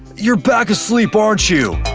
you're back asleep, aren't you?